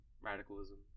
radicalism